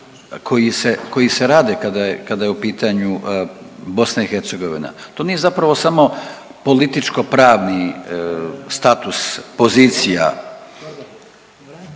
koji se rade kada je, kada je u pitanju BiH. To nije zapravo samo političko pravni status, pozicija